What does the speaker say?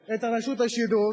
את רשות השידור,